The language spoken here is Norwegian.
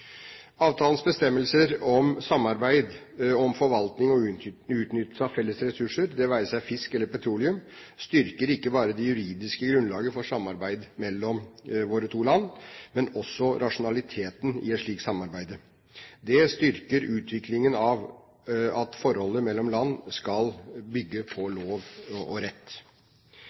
Avtalens bestemmelser om samarbeid om forvaltning og utnyttelse av felles ressurser, det være seg fisk eller petroleum, styrker ikke bare det juridiske grunnlaget for samarbeid mellom våre to land, men også rasjonaliteten i et slikt samarbeid. Det styrker utviklingen av at forholdet mellom land skal bygge på lov og rett.